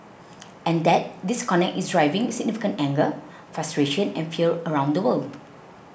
and that disconnect is driving significant anger frustration and fear around the world